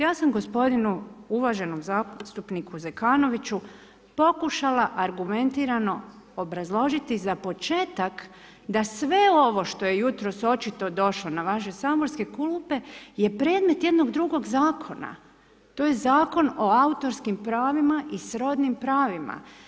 Ja sam gospodinu uvaženom zastupniku Zekanoviću, pokušala argumentirano obrazložiti za početak da sve ovo što je jutros očito došlo na vaše saborske klupe je predmet jednog drugog zakona, to je Zakon o autorskim pravima i srodnim pravima.